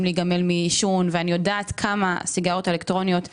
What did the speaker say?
להיגמל מעישון ואני יודעת כמה הסיגריות האלקטרוניות מזיקות,